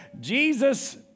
Jesus